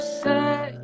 say